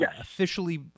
officially